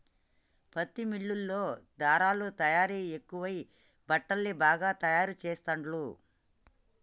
పత్తి మిల్లుల్లో ధారలా తయారీ ఎక్కువై బట్టల్ని బాగా తాయారు చెస్తాండ్లు